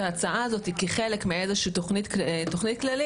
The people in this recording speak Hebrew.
ההצעה הזאת כחלק מאיזו שהיא תכנית כללית,